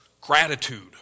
Gratitude